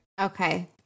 Okay